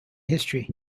history